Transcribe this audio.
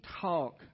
talk